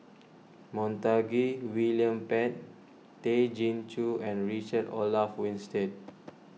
Montague William Pett Tay Chin Joo and Richard Olaf Winstedt